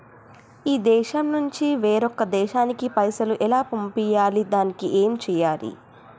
ఈ దేశం నుంచి వేరొక దేశానికి పైసలు ఎలా పంపియ్యాలి? దానికి ఏం చేయాలి?